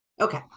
okay